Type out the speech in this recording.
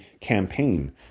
campaign